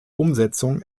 umsetzung